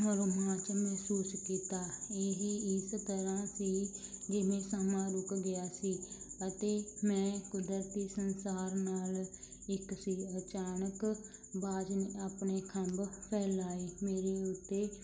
ਮਹਿਸੂਸ ਕੀਤਾ ਇਹ ਇਸ ਤਰ੍ਹਾਂ ਸੀ ਜਿਵੇਂ ਸਮਾਂ ਰੁਕ ਗਿਆ ਸੀ ਅਤੇ ਮੈਂ ਕੁਦਰਤੀ ਸੰਸਾਰ ਨਾਲ ਇੱਕ ਸੀ ਅਚਾਨਕ ਬਾਜ਼ ਨੇ ਆਪਣੇ ਖੰਭ ਫੈਲਾਏ ਮੇਰੇ ਉੱਤੇ